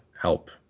help